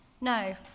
No